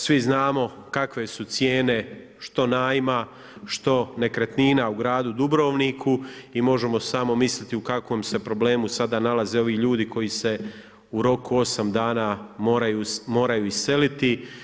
Svi znamo kakve su cijene što najma, što nekretnina u gradu Dubrovniku i možemo samo misliti u kakvom se problemu sada nalaze ovi ljudi koji se u roku 8 dana moraju iseliti.